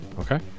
Okay